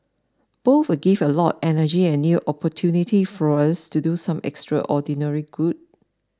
both will give a lot energy and new opportunity for us to do some extraordinary good